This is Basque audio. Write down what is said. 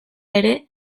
ere